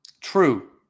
True